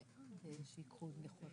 נהג וחצי.